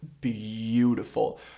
beautiful